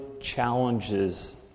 challenges